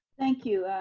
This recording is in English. thank you.